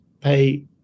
pay